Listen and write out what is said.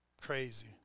Crazy